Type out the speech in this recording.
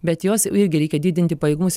bet jos irgi reikia didinti pajėgumus